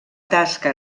tasca